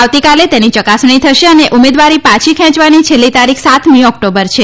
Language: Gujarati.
આવતીકાલે તેમની ચકાસણી થશે અને ઉમેદવારી પાછા ખેંચવાની છેલ્લી તારીખ સાતમી ઓક્ટોબર છે